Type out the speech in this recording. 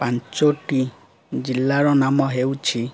ପାଞ୍ଚୋଟି ଜିଲ୍ଲାର ନାମ ହେଉଛି